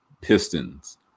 Pistons